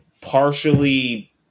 partially